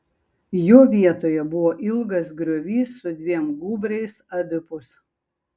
jo vietoje buvo ilgas griovys su dviem gūbriais abipus